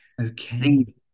Okay